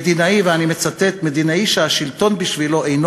ואני מצטט: "מדינאי שהשלטון בשבילו אינו